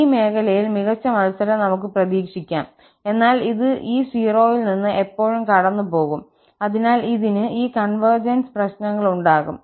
ഈ മേഖലയിൽ മികച്ച മത്സരം നമുക്ക് പ്രതീക്ഷിക്കാം എന്നാൽ ഇത് ഈ 0 ൽ നിന്ന് എപ്പോഴും കടന്നുപോകും അതിനാൽ ഇതിന് ഈ കൺവെർജെൻസ് പ്രശ്നങ്ങൾ ഉണ്ടാകും